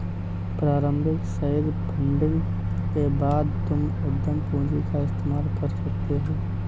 प्रारम्भिक seed funding के बाद तुम उद्यम पूंजी का इस्तेमाल कर सकते हो